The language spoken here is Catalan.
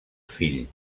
fill